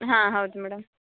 ಹಾಂ ಹೌದು ಮೇಡಮ್